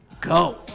go